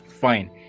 fine